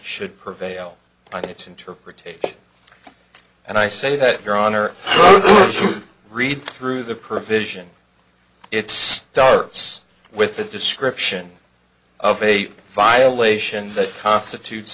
should prevail on its interpretation and i say that your honor read through the provision it starts with a description of a violation that constitutes